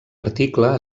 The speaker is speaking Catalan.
article